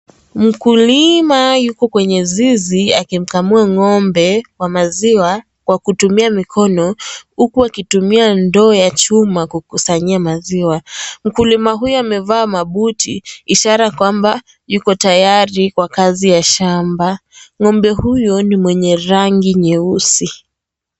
Mkulima yuko kwenye zizi akimkamua ng'ombe wa maziwa kwa kutumia mikono huku akitumia ndoo ya chuma kukusanyia maziwa. Mkulima huyu amevaa mabuti ishara kwamba yuko tayari kwa kazi ya shamba. Ng'ombe huyo ni mwenye rangi nyeusi.